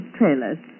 trailers